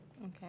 Okay